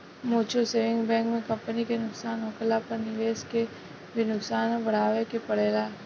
mutual saving bank में company के नुकसान होखला पर निवेशक के भी नुकसान उठावे के पड़ेला